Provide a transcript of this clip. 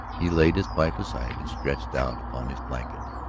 he laid his pipe aside and stretched out upon his blanket,